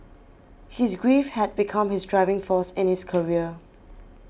his grief had become his driving force in his career